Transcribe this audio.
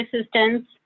assistance